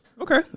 Okay